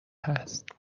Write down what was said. هست